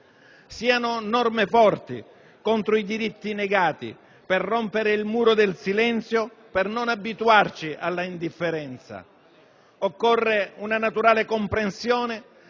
Siano norme forti contro i diritti negati per rompere il muro del silenzio, per non abituarci all'indifferenza. Occorre una naturale comprensione